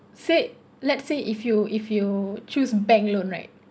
said let's say if you if you choose bank loan right